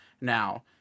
Now